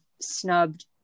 snubbed